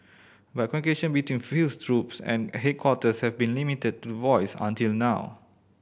but communication between field troops and headquarters have been limited to voice until now